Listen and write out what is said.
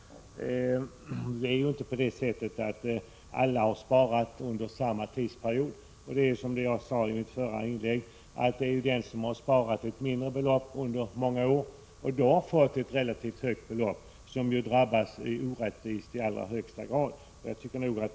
Alla har ju inte sparat under samma tidsperiod och, som jag sade i mitt förra inlägg, den som har sparat ett mindre belopp under många år och fått ihop ett relativt högt belopp drabbas i allra högsta grad orättvist.